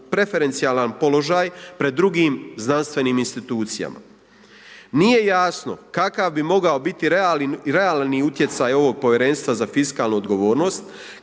preferencijalan položaj pred drugim znanstvenim institucijama. Nije jasno kakav bi mogao biti realni utjecaj ovog Povjerenstva za fiskalnu odgovornost,